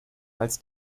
als